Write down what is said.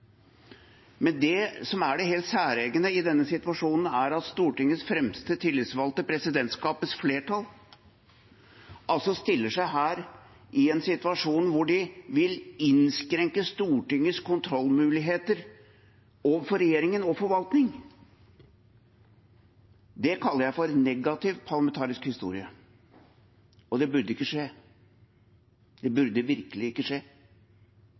Det som er det helt særegne i denne situasjonen, er at Stortingets fremste tillitsvalgte, presidentskapets flertall, her stiller seg i en situasjon hvor de vil innskrenke Stortingets kontrollmuligheter overfor regjeringen og forvaltningen. Det kaller jeg for negativ parlamentarisk historie. Det burde ikke skje – det burde virkelig ikke skje!